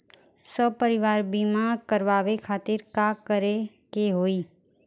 सपरिवार बीमा करवावे खातिर का करे के होई?